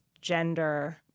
gender